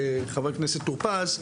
חבר הכנסת טור פז,